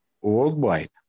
worldwide